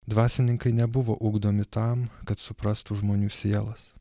dvasininkai nebuvo ugdomi tam kad suprastų žmonių sielas